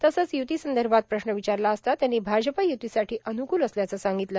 तसंच युतीसंदभात प्रश्न र्वचारला असता त्यांनी भाजप युतीसाठी अनुकूल असल्याचं सांगगतलं